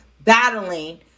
battling